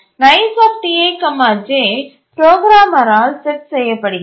niceTij புரோகிராமரால் set செய்யபடுகிறது